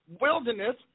wilderness